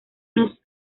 nos